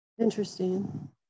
Interesting